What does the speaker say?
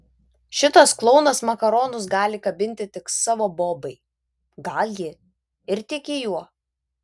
šitas klounas makaronus gali kabinti tik savo bobai gal ji ir tiki juo